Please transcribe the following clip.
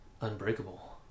unbreakable